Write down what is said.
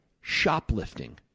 shoplifting